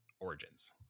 origins